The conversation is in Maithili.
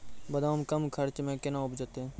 बादाम कम खर्च मे कैना उपजते?